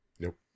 nope